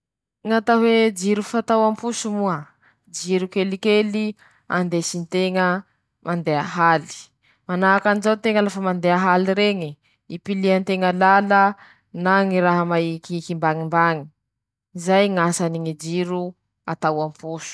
Ñy fomba fañajariany ñy solosay ñy torohay moa aminy ñy alalany ñy disiky santraly, manahaky anizao ñy fañajariany ñ'azy: Lafa ampilirinao añatiny ao ñy raha ilanao ao iabiaby, tanjahiny añatiny ñy memoira santraly ao, misy ñy atao hoe diska dura ;aminy ñy alalany iñy ñy ahafahanao mañajary azy.